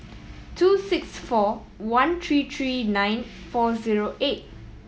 two six four one three three nine four zero eight